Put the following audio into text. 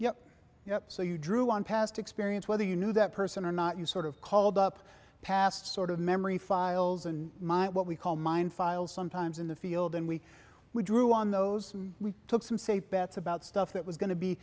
yeah yeah so you drew on past experience whether you knew that person or not you sort of called up past sort of memory files and my what we call mine files sometimes in the field and we would drew on those we took some safe bets about stuff that was going to be